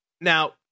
Now